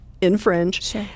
infringe